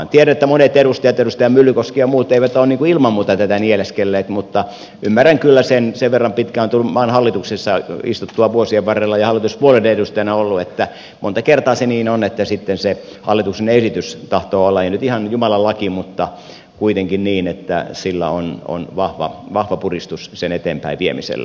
tiedän että monet edustajat edustaja myllykoski ja muut eivät ole ilman muuta tätä nieleskelleet mutta ymmärrän kyllä sen sen verran pitkään on tullut maan hallituksessa istuttua vuosien varrella ja hallituspuolueiden edustajana oltua että monta kertaa se niin on että sitten se hallituksen esitys tahtoo olla ei nyt ihan jumalan laki mutta kuitenkin niin että on vahva puristus sen eteenpäinviemisellä